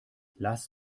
lass